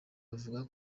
avuga